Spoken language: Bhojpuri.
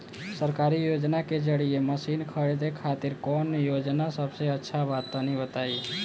सरकारी योजना के जरिए मशीन खरीदे खातिर कौन योजना सबसे अच्छा बा तनि बताई?